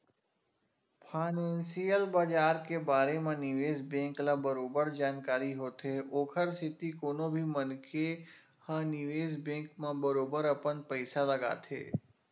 financial बजार के बारे म निवेस बेंक ल बरोबर जानकारी होथे ओखर सेती कोनो भी मनखे ह निवेस बेंक म बरोबर अपन पइसा लगाथे